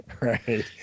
right